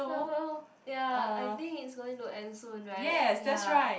so ya I think it's going to end soon right ya